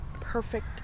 perfect